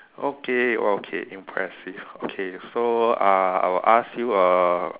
okay okay impressive okay so uh I'll ask you a